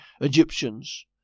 Egyptians